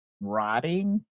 rotting